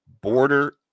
Border